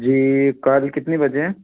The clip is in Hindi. जी कल कितने बजे